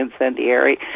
incendiary